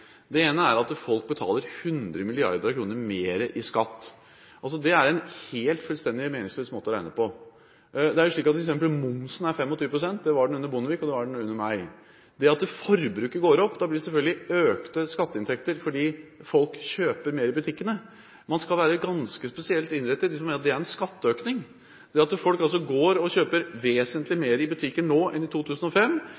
Det ene er at folk betaler hundre milliarder kroner mer i skatt. Det er en helt fullstendig meningsløs måte å regne på. Det er slik at f.eks. momsen er 25 pst. Det var den under Bondevik, og det er den under meg. Når forbruket går opp, blir det selvfølgelig økte skatteinntekter, fordi folk kjøper mer i butikkene. Man skal være ganske spesielt innrettet hvis man mener at det er en skatteøkning. Det at folk går og kjøper vesentlig